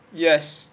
yes